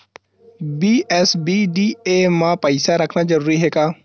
BSBDA मा पईसा रखना जरूरी हे का?